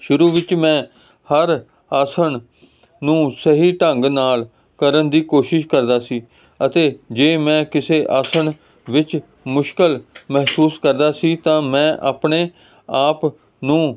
ਸ਼ੁਰੂ ਵਿੱਚ ਮੈਂ ਹਰ ਆਸਣ ਨੂੰ ਸਹੀ ਢੰਗ ਨਾਲ ਕਰਨ ਦੀ ਕੋਸ਼ਿਸ਼ ਕਰਦਾ ਸੀ ਅਤੇ ਜੇ ਮੈਂ ਕਿਸੇ ਆਸਣ ਵਿੱਚ ਮੁਸ਼ਕਿਲ ਮਹਿਸੂਸ ਕਰਦਾ ਸੀ ਤਾਂ ਮੈਂ ਆਪਣੇ ਆਪ ਨੂੰ